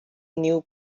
new